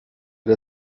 der